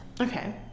Okay